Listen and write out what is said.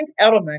Edelman